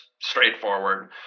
straightforward